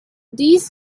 these